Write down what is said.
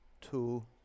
two